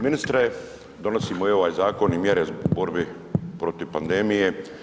Ministre, donosimo i ovaj zakon i mjere u borbi protiv pandemije.